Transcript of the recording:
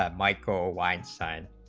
ah michael weinstein